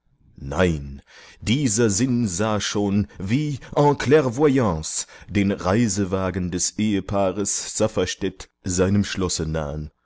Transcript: nein dieser sinn sah schon wie en clairvoyance den reisewagen des ehepaares safferstätt seinem schlosse nahen